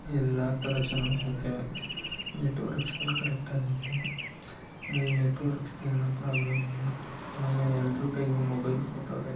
ಎಲ್ಲ ಥರ ಚೆನ್ನಾಗೈತೆ ನೆಟ್ವರ್ಕ್ಸುಗಳು ಕರೆಕ್ಟಾಗೈತೆ ಆಮೇಲೆ ನೆಟ್ವರ್ಕ್ಸುದು ಏನು ಪ್ರಾಬ್ಲಮ್ ಇಲ್ಲ ಆಮೇಲೆ ಎಲ್ಲರ ಕೈಗೂ ಮೊಬೈಲ್ ಕೊಟ್ಟವರೆ